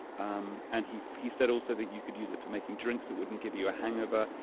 um and he he said also that you could use it for making drinks, it wouldn't give you a hangover.